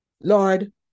Lord